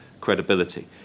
credibility